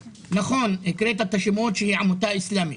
נכון, הקראת את העובדה שמדובר בעמותה אסלמית,